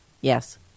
Yes